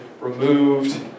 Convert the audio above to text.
removed